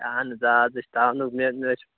اَہَن حظ آ اَز حظ چھُ تاونُک مےٚ مےٚ حظ چھُ